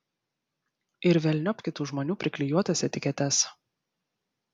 ir velniop kitų žmonių priklijuotas etiketes